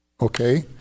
okay